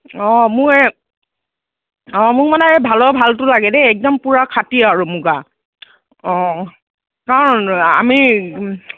অঁ মোৰ এই অঁ মোক মানে এই ভালৰ ভালটো লাগে দেই একদম পূৰা খাটি আৰু মুগা অঁ আ আমি